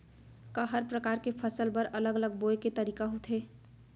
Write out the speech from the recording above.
का हर प्रकार के फसल बर अलग अलग बोये के तरीका होथे?